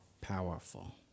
powerful